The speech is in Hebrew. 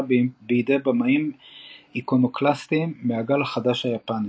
בידי במאים איקונוקלסטים מהגל החדש היפני.